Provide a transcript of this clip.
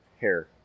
hair